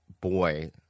boy